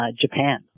Japan